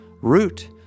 Root